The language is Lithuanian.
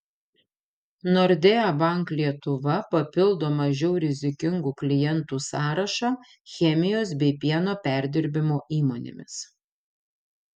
nordea bank lietuva papildo mažiau rizikingų klientų sąrašą chemijos bei pieno perdirbimo įmonėmis